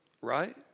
right